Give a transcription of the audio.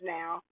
now